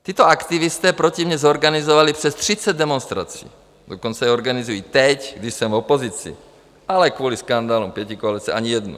Tito aktivisté proti mě zorganizovali přes třicet demonstrací, dokonce je organizují i teď, když jsem v opozici, ale kvůli skandálům pětikoalice ani jednou.